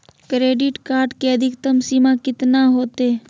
Credit card के अधिकतम सीमा कितना होते?